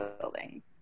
buildings